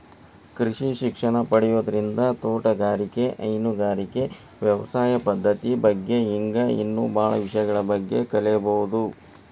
ಕೃಷಿ ಶಿಕ್ಷಣ ಪಡಿಯೋದ್ರಿಂದ ತೋಟಗಾರಿಕೆ, ಹೈನುಗಾರಿಕೆ, ವ್ಯವಸಾಯ ಪದ್ದತಿ ಬಗ್ಗೆ ಹಿಂಗ್ ಇನ್ನೂ ಬಾಳ ವಿಷಯಗಳ ಬಗ್ಗೆ ಕಲೇಬೋದು